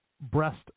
Breast